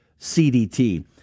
cdt